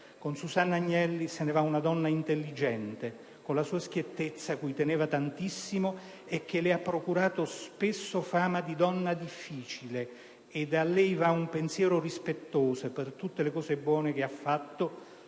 Con Susanna Agnelli se ne va una donna intelligente, con la sua schiettezza, cui teneva tantissimo, e che le ha procurato spesso fama di donna difficile. A lei va un pensiero rispettoso per tutte le cose buone che ha fatto